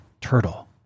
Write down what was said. turtle